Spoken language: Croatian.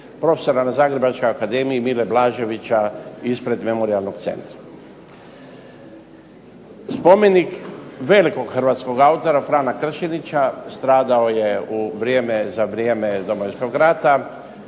profesora na Zagrebačkoj akademiji Mile Blaževića ispred memorijalnog centra. Spomenik velikog hrvatskog autora Frana Kršenića, stradao u vrijeme, za vrijeme Domovinskog rata.